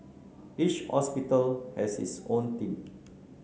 each hospital has its own team